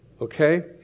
Okay